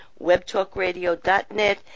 webtalkradio.net